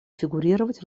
фигурировать